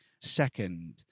Second